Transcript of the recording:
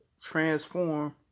transform